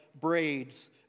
braids